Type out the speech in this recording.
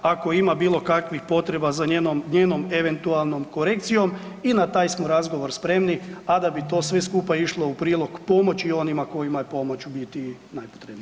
Ako ima bilo kakvih potreba za njenom eventualnom korekcijom i na taj smo razgovor spremni, a da bi to sve skupa išlo u prilog pomoći onima kojima je pomoć u biti najpotrebnija.